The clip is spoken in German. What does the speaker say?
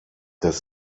das